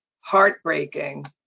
heartbreaking